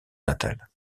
natale